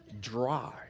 dry